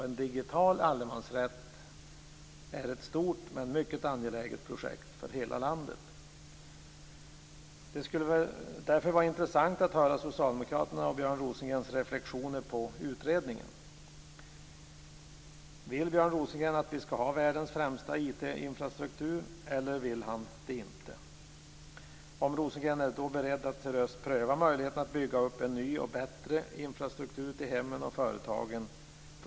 En digital allemansrätt är ett stort, men mycket angeläget projekt för hela landet. Det skulle därför vara intressant att höra socialdemokraternas och Björn Rosengrens reflexioner kring utredningen. Vill Björn Rosengren att vi skall ha världens främsta IT-infrastruktur, eller vill han det inte? Och är Björn Rosengren då beredd att seriöst pröva möjligheten att bygga upp en ny bättre infrastruktur till hemmen och företagen?